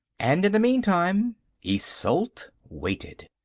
and in the meantime isolde waited.